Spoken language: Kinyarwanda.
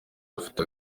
afite